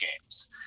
games